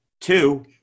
Two